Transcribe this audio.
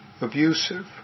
abusive